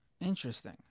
Interesting